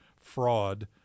fraud